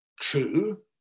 true